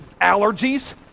allergies